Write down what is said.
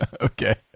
Okay